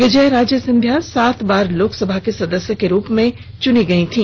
विजयाराजे सिंधिया सात बार लोकसभा के सदस्य के रूप में चुनी गयी थी